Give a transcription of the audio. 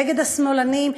נגד השמאלנים,